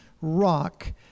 rock